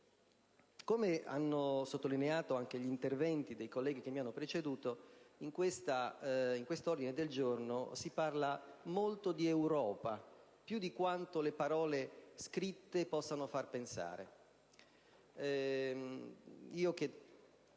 Come hanno sottolineato anche i colleghi che mi hanno preceduto, in quest'ordine del giorno si parla molto di Europa, più di quanto le parole scritte possano far pensare.